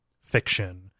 fiction